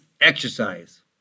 exercise